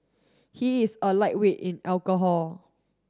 he is a lightweight in alcohol